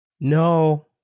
No